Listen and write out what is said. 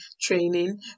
training